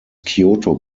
kyoto